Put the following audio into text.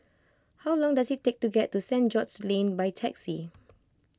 how long does it take to get to St George's Lane by taxi